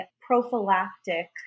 prophylactic